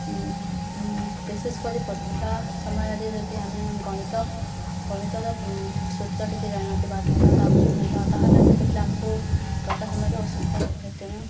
ବିଶେଷ କରି ପରୀକ୍ଷା ସମୟରେରେ ଯଦି ଆମେ ଗଣିତ ଗଣିତର ସୂତ୍ର ଟିକେ ଜାଣିିନଥିବା ବା କିମ୍ବା ତାଥା ତାହେଲେ ସେତେବେଲେ ଆମକୁ ପରୀକ୍ଷା ସମୟରେ ଅସୁବିଧା ହୋଇଥାଏ ତେଣୁ